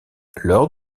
lors